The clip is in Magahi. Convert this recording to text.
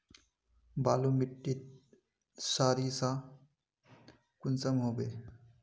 बालू माटित सारीसा कुंसम होबे?